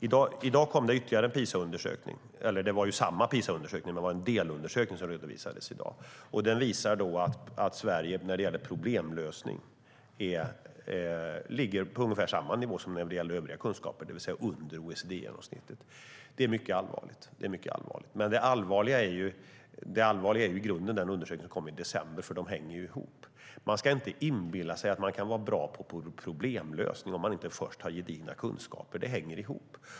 I dag redovisades ytterligare en PISA-undersökning, eller snarare en delundersökning i samma undersökning. Den visar att Sverige när det gäller problemlösning ligger på ungefär samma nivå som när det gäller övriga kunskaper, det vill säga OECD-genomsnittet. Det är mycket allvarligt. Det allvarliga är dock i grunden den undersökning som kom i december, för de hänger ju ihop. Man ska inte inbilla sig att man kan vara bra på problemlösning om man inte först har gedigna kunskaper. Det hänger ihop.